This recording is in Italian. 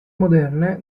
moderne